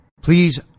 Please